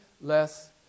less